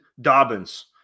Dobbins